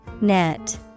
Net